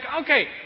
okay